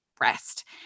rest